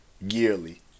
yearly